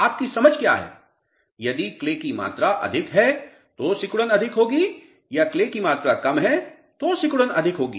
आपकी समझ क्या है यदि क्ले की मात्रा अधिक है तो सिकुड़न अधिक होगी या क्ले की मात्रा कम है तो सिकुड़न अधिक होगी